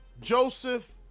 Joseph